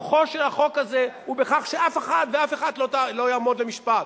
כוחו של החוק הזה הוא בכך שאף אחד ואף אחת לא יעמדו למשפט,